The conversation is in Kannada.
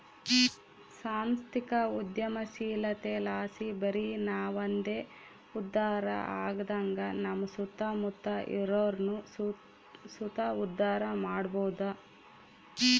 ಸಾಂಸ್ಥಿಕ ಉದ್ಯಮಶೀಲತೆಲಾಸಿ ಬರಿ ನಾವಂದೆ ಉದ್ಧಾರ ಆಗದಂಗ ನಮ್ಮ ಸುತ್ತಮುತ್ತ ಇರೋರ್ನು ಸುತ ಉದ್ಧಾರ ಮಾಡಬೋದು